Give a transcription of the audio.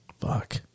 fuck